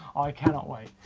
i cannot wait.